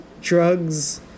drugs